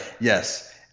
yes